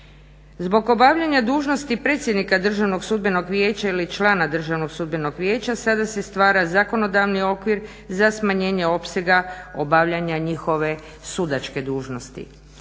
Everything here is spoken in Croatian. Zbog obavljanja dužnosti predsjednika Državnog sudbenog vijeća ili člana Državnog sudbenog vijeća sada se stvara zakonodavni okvir za smanjenje opsega obavljanja njihove sudačke dužnosti.